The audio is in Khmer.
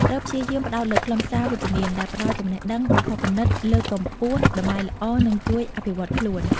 ត្រូវព្យាយាម ផ្តោតលើខ្លឹមសារវិជ្ជមាន ដែលផ្តល់ចំណេះដឹង បំផុសគំនិត លើកកម្ពស់តម្លៃល្អ និងជួយអភិវឌ្ឍខ្លួន។